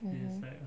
mmhmm